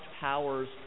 powers